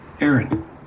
Aaron